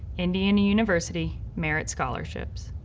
indiana university, merit scholarships.